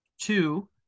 two